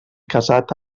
casat